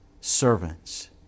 servants